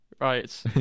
Right